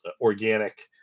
organic